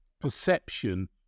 perception